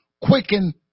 Quicken